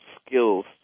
skills